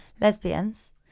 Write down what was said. lesbians